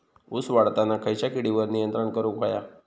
ऊस वाढताना खयच्या किडींवर नियंत्रण करुक व्हया?